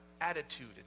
attitude